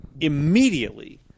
immediately